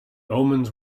omens